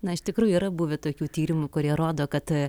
na iš tikrųjų yra buvę tokių tyrimų kurie rodo kad